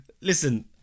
Listen